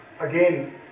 again